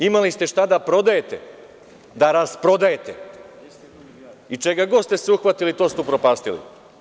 Imali ste šta da prodajete, da rasprodajete i čega god ste se uhvatili, to ste upropastili.